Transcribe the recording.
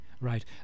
right